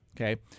okay